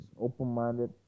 open-minded